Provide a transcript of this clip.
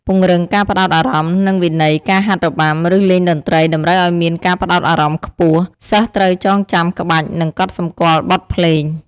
ពង្រឹងការផ្តោតអារម្មណ៍ និងវិន័យ ការហាត់របាំ ឬលេងតន្ត្រី តម្រូវឱ្យមានការផ្តោតអារម្មណ៍ខ្ពស់ សិស្សត្រូវចងចាំក្បាច់ និងកត់សម្គាល់បទភ្លេង។